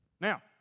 Now